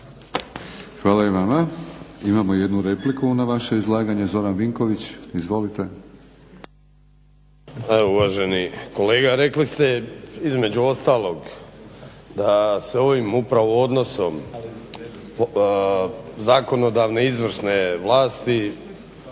Hvala i vama. Imamo jednu repliku na vaše izlaganje. Zoran Vinković. Izvolite. **Vinković, Zoran (HDSSB)** Evo uvaženi kolega rekli ste između ostalog da se ovim upravo odnosom zakonodavne i izvršne vlasti